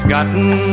Gotten